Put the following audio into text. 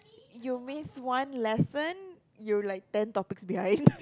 you miss one lesson you like ten topics behind